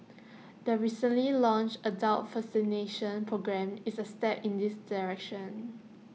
the recently launched adult vaccination programme is A step in this direction